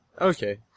Okay